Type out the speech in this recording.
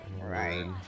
Right